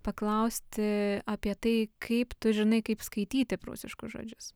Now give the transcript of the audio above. paklausti apie tai kaip tu žinai kaip skaityti prūsiškus žodžius